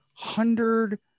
hundred